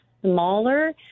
smaller